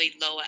lower